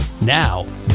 now